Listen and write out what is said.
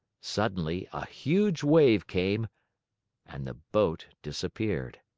suddenly a huge wave came and the boat disappeared.